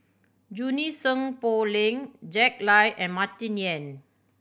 Junie Sng Poh Leng Jack Lai and Martin Yan